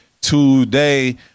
today